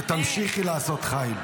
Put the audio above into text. ותמשיכי לעשות חיל.